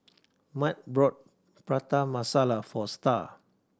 Mat bought Prata Masala for Star